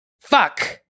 Fuck